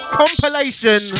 compilation